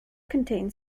contain